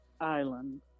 island